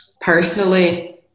personally